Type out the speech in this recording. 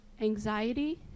anxiety